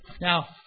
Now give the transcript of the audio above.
Now